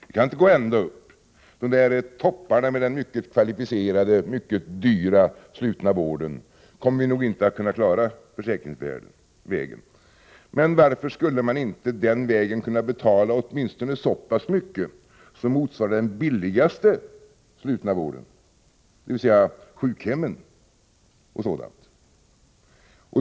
Vi kan inte gå ända upp. Topparna med den mycket kvalificerade och mycket dyra slutna vården kommer vi nog inte att kunna klara försäkringsvägen. Men varför skulle man inte den vägen kunna betala åtminstone så pass mycket som motsvarar den billigaste slutna vården, dvs. i sjukhem och liknande?